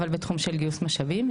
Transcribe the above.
אבל בתחום של גיוס משאבים.